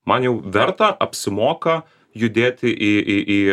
man jau verta apsimoka judėti į į į